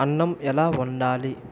అన్నం ఎలా వండాలి